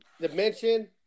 Dimension